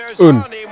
un